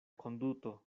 konduto